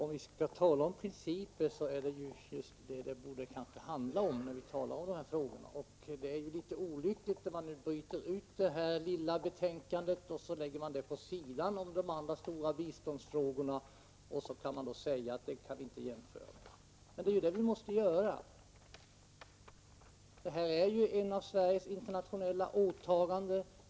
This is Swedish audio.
Fru talman! Principer är just vad det kanske borde handla om när vi talar om de här frågorna. Det är litet olyckligt när man nu bryter ut det här lilla betänkandet och lägger det vid sidan om de andra stora biståndsfrågorna — och säger att det här kan vi inte jämföra. Men det är ju det vi måste göra. Detta är ju ett av Sveriges internationella åtaganden.